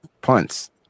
punts